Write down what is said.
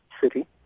city